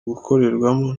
gukorerwamo